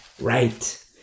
right